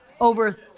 over